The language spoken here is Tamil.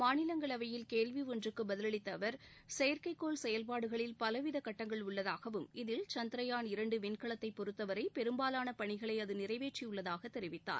மாநிலங்களவையில் கேள்வி ஒன்றுக்கு பதிலளித்த அவர் செயற்கைக்கோள் செயல்பாடுகளில் பலவித கட்டங்கள் உள்ளதாகவும் இதில் சந்த்ரயான் இரண்டு செயற்கைக்கோளை பொறுத்தவரை பெரும்பாலான பணிகளை அது நிறைவேற்றியுள்ளதாகத் தெரிவித்தார்